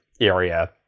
area